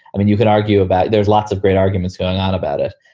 i mean, you can argue about there's lots of great arguments going on about it.